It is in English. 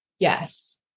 Yes